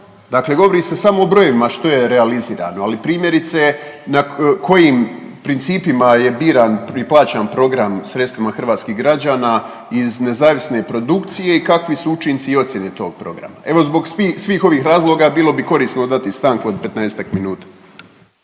Dakle, govori se samo o brojevima što je realizirano, ali primjerice na kojim principima je biran i plaćen program sredstvima hrvatskih građana iz nezavisne produkcije i kakvi su učinci i ocjene tog programa. Evo zbog svih ovih razloga bilo bi korisno dati stanku od 15-ak minuta.